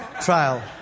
trial